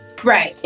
Right